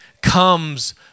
comes